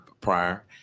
prior